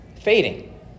fading